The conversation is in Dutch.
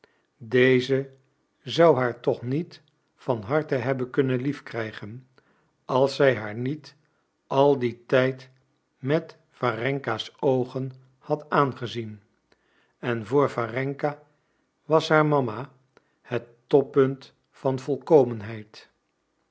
deze zou haar toch niet van harte hebben kunnen lief krijgen als zij haar niet al dien tijd met warenka's oogen had